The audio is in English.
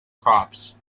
crops